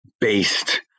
based